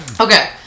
okay